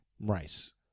Rice